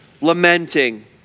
lamenting